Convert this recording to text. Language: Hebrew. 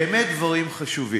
באמת דברים חשובים.